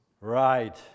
Right